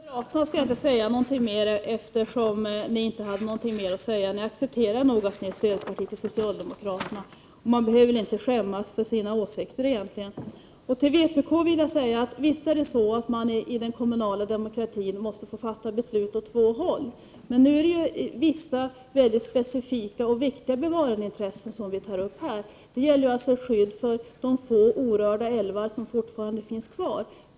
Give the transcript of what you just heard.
Herr talman! Jag har inga fler kommentarer till moderaterna. Ni hade ju själva inget mer att säga. Jag kan bara konstatera att ni moderater nog accepterar att ert parti är ett stödparti till socialdemokraterna. Man behöver inte skämmas för sina åsikter. Till vpk vill jag säga: Visst måste man inom ramen för den kommunala demokratin få fatta beslut så att säga åt två håll. Men vad vi här tar upp är ju vissa väldigt specifika och viktiga bevarandeintressen. Det gäller alltså skyddet för de få älvar som fortfarande är orörda.